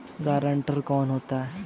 Guarantor कौन होता है?